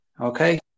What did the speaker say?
Okay